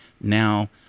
now